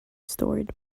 stored